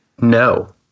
No